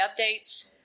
updates